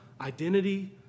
identity